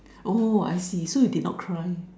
oh I see so you did not cry